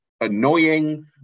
annoying